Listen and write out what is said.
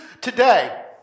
today